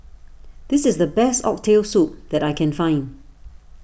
this is the best Oxtail Soup that I can find